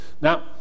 Now